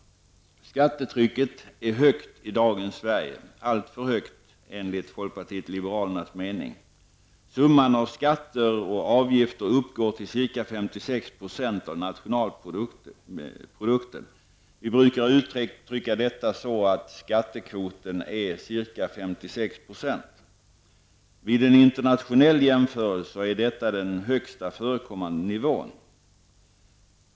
Skattetrycket är högt i dagens Sverige, alltför högt enligt folkpartiet liberalernas mening. Summan av skatter och avgifter uppgår till ca 56 % av bruttonationalprodukten. Vi brukar uttrycka detta så att skattekvoten är ca 56 %. Vid en internationell jämförelse är detta den högsta förekommande nivån.